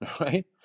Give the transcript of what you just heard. right